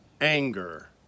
anger